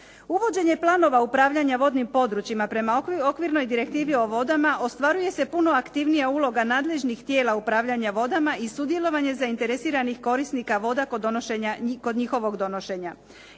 Uvođenje planova upravljanja vodnim područjima prema okvirnoj direktivi o vodama ostvaruje se puno aktivnija uloga nadležnih tijela upravljanja vodama i sudjelovanje zainteresiranih korisnika voda kod njihovog donošenja.